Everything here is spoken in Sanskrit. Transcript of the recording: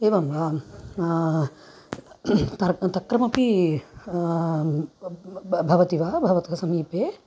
एवं वा तक्रं तक्रमपि भ भवति वा भवतः समीपे